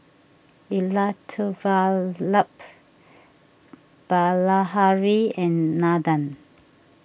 Elattuvalapil Bilahari and Nandan